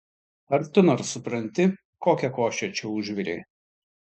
ar tu nors supranti kokią košę čia užvirei